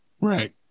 right